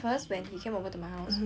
then err